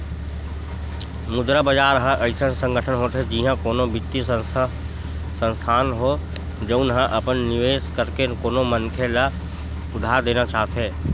मुद्रा बजार ह अइसन संगठन होथे जिहाँ कोनो बित्तीय संस्थान हो, जउन ह अपन निवेस करके कोनो मनखे ल उधार देना चाहथे